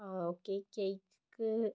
ആ okay cake